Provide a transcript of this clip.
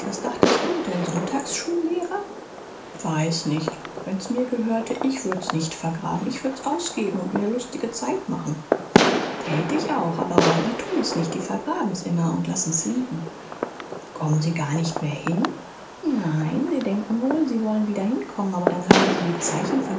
was dachtst du denn sonntagsschul lehrer weiß nicht wenn's mir gehörte ich würd's nicht vergraben ich würd's ausgeben und mir ne lustige zeit machen tät ich auch aber räuber tun's nicht die vergraben's immer und lassen's liegen kommen sie gar nicht mehr hin nein sie denken wohl sie wollen wieder hinkommen aber dann haben sie die zeichen